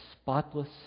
spotless